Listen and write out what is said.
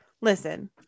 listen